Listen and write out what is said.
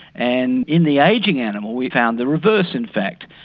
and in the ageing animal we found the reverse in fact.